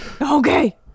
Okay